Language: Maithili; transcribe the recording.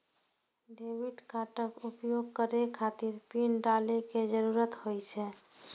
डेबिट कार्डक उपयोग करै खातिर पिन डालै के जरूरत होइ छै